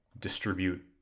distribute